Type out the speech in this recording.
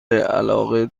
علاقه